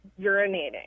urinating